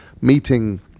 meeting